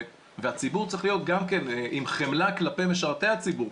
והציבור צריך להיות גם כן עם חמלה כלפי משרתי הציבור.